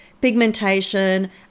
pigmentation